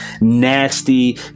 nasty